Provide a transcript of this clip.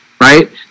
right